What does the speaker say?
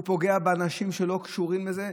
הוא פוגע באנשים שלא קשורים לזה,